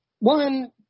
One